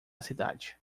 cidade